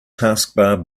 taskbar